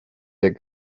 der